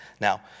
Now